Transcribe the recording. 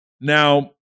Now